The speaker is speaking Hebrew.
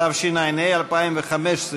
התשע"ה 2015,